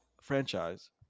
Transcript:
franchise